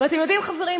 ואתם יודעים, חברים?